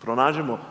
pronađimo